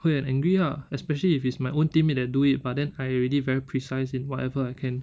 会很 angry ah especially if it's my own teammate that do it but then I already very precise in whatever I can